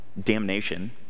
Damnation